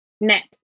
Net